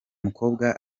mukobwa